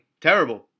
Terrible